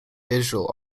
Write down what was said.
digital